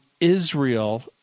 Israel